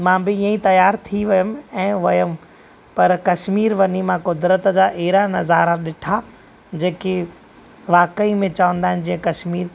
मां बि ईअं ई तयारु थी वियुमि ऐं वियुमि पर कश्मीर वञी मां क़ुदरतु जा अहिड़ा नज़ारा डि॒ठा जेके वाक़इ में चवंदा आहिनि जे कश्मीर